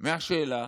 מהשאלה